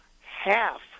half